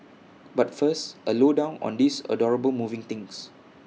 but first A low down on these adorable moving things